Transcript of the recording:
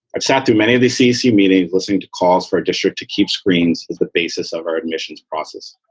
i've sat through many of these ccc meetings listening to calls for our district to keep screens as the basis of our admissions process